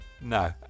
No